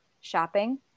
shopping